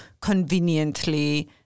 conveniently